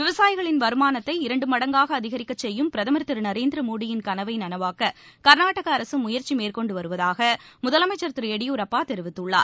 விவசாயிகளின் வருமானத்தை இரண்டு மடங்காக அதிகரிக்க செய்யும் பிரதமர் திரு நரேந்திர மோடியின் கனவை நனவாக்க கர்நாடக அரக முயற்சி மேற்கொண்டு வருவதூக முதலமைச்சர் திரு எடியூரப்பா தெரிவித்துள்ளார்